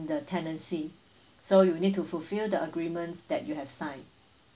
the tenancy so you need to fulfill the agreement that you have signed